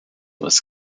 was